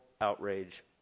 outrage